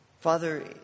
Father